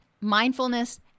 mindfulness